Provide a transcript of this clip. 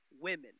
women